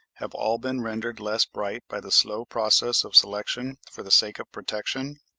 have all been rendered less bright by the slow process of selection for the sake of protection?